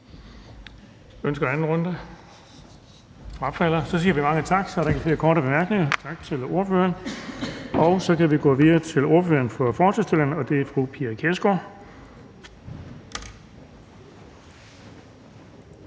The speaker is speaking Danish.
Spørgeren frafalder. Så siger vi mange tak. Der er ikke flere korte bemærkninger. Tak til ordføreren. Så kan vi gå videre til ordføreren for forslagsstillerne, og det er fru Pia Kjærsgaard.